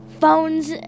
phones